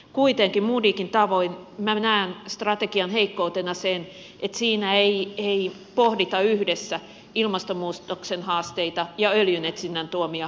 kuitenkin modigin tavoin näen strategian heikkoutena sen että siinä ei pohdita yhdessä ilmastonmuutoksen haasteita ja öljynetsinnän tuomia haasteita